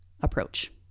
approach